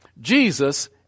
Jesus